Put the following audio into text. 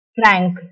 frank